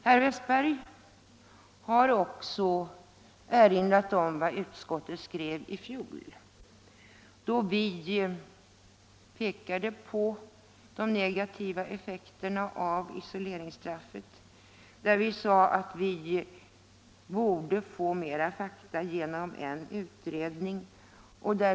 Herr Westberg har också erinrat om vad utskottet skrev i fjol, då vi pekade på de negativa effekterna av isoleringsstraffet och sade att vi borde få mera fakta genom en utredning.